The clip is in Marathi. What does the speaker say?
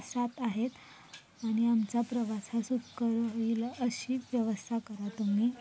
सात आहेत आणि आमचा प्रवास हा सुकर येईल अशी व्यवस्था करा तुम्ही